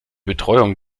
betreuung